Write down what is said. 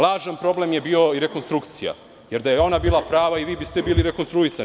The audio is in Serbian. Lažan problem je bila i rekonstrukcija, jer da je ona bila prava, i vi biste bili rekonstruisani.